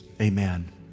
amen